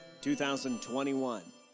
2021